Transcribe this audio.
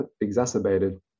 exacerbated